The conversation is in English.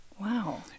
Wow